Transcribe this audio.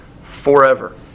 forever